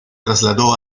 trasladó